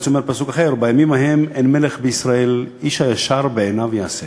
אני מוציא פסוק אחר: "בימים ההם אין מלך בישראל איש הישר בעיניו יעשה".